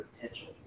potential